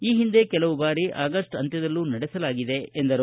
ಈ ಹಿಂದೆ ಕೆಲವು ಬಾರಿ ಆಗಸ್ಟ್ ಅಂತ್ಯದಲ್ಲೂ ನಡೆಸಲಾಗಿದೆ ಎಂದರು